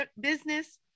business